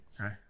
Okay